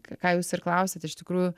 ką jūs ir klausiat iš tikrųjų